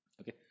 okay